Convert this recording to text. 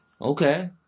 Okay